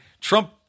Trump